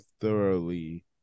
thoroughly